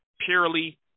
purely